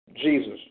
Jesus